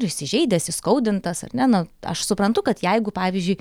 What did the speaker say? ir įsižeidęs įskaudintas ar ne na aš suprantu kad jeigu pavyzdžiui